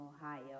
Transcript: Ohio